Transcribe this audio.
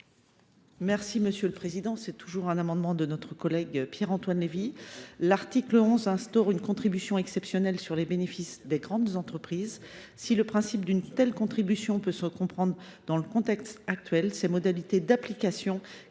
Il s’agit, là encore, d’une proposition de notre collègue Pierre Antoine Levi. L’article 11 instaure une contribution exceptionnelle sur les bénéfices des grandes entreprises. Si le principe d’une telle contribution peut se comprendre dans le contexte actuel, ses modalités d’application